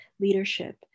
leadership